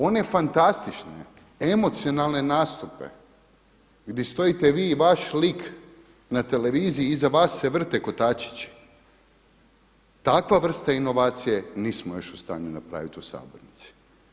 One fantastične, emocionalne nastupe gdje stojite vi i vaš lik na televiziji i iza vas se vrte kotačići takva vrstu inovacije nismo još u stanju napraviti u sabornici.